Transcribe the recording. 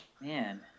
Man